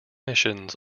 missions